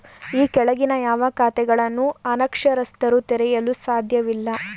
ಈ ಕೆಳಗಿನ ಯಾವ ಖಾತೆಗಳನ್ನು ಅನಕ್ಷರಸ್ಥರು ತೆರೆಯಲು ಸಾಧ್ಯವಿಲ್ಲ?